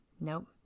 Nope